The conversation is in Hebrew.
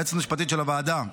היועצת המשפטית של הוועדה,